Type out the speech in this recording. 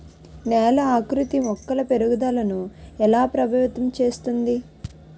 నేల ఆకృతి మొక్కల పెరుగుదలను ఎలా ప్రభావితం చేస్తుంది?